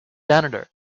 janitor